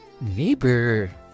Neighbor